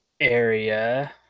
area